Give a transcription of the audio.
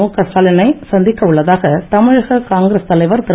முகா ஸ்டாலினை சந்திக்க உள்ளதாக தமிழக காங்கிகிரஸ் தலைவர் திரு